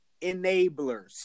Enablers